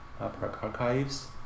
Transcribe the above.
Archives